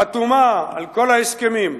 חתומה על כל ההסכמים,